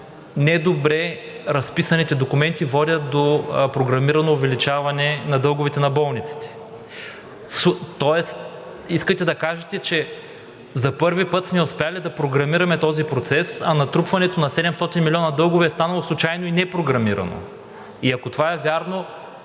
недобре разписаните документи водят до програмирано увеличаване на дълговете на болниците. Тоест искате да кажете, че за първи път сме успели да програмираме този процес, а натрупването на 700 милиона дългове е станало случайно и непрограмирано?! И ако това е вярно,